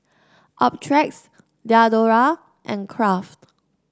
Optrex Diadora and Kraft